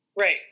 Right